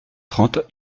trente